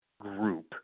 group